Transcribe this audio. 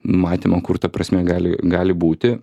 matymo kur ta prasmė gali gali būti